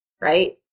right